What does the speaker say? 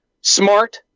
smart